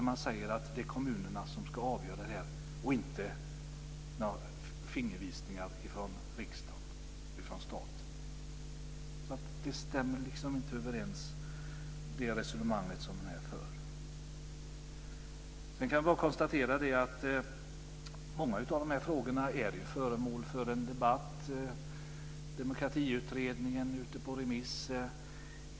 Man säger där att det är kommunerna som ska avgöra detta och att det inte ska komma några fingervisningar från riksdagen, från staten. Det resonemang som ni här för stämmer alltså inte överens med detta. Många av dessa frågor är föremål för en debatt. Demokratiutredningen är ute på remiss.